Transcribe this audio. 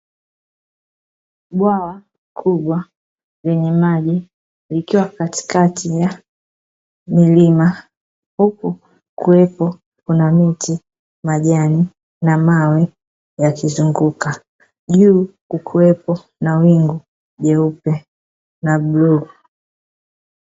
Bwawa kubwa lenye maji likiwa katikati ya milima huku kukiwepo kuna miti, majani, na mawe yakizunguka. Juu kukiwepo na wingu jeupe na bluu.